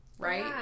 right